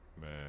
Man